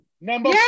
Number